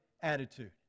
attitude